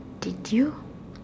okay did you